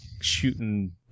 shooting